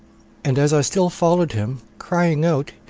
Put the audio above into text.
and as i still followed him, crying out,